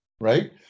right